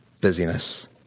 busyness